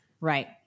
Right